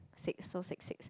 six so six six